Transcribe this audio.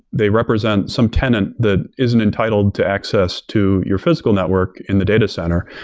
they represent some tenant that isn't entitled to access to your physical network in the data center.